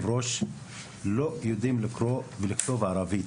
לא יודעים לקרוא ולכתוב בערבית.